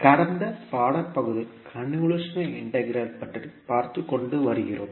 கடந்த பாடம் அப்பகுதியில் கன்வொல்யூஷன் இன்டெக்ரல் பற்றி பார்த்துக்கொண்டு வருகிறோம்